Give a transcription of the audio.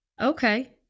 Okay